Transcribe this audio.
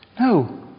No